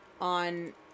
on